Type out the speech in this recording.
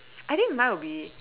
I think mine will be